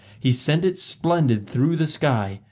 he sent it splendid through the sky,